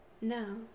No